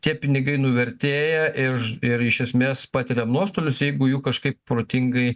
tie pinigai nuvertėja iš ir iš esmės patiriam nuostolius jeigu jų kažkaip protingai